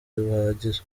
buhagije